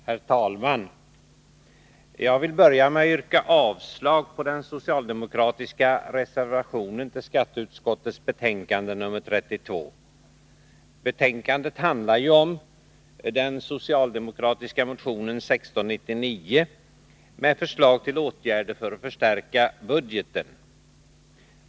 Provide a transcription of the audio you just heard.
Herr talman! Jag vill börja med att yrka avslag på den socialdemokratiska reservationen till skatteutskottets betänkande nr 32. Betänkandet behandlar den socialdemokratiska motionen 1699 med förslag till åtgärder för att förstärka budgeten.